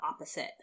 opposite